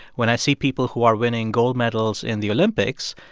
when i see people who are winning gold medals in the olympics,